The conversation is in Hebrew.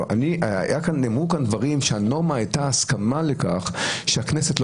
נאמרו כאן דברים שהנורמה הייתה הסכמה לכך שהכנסת לא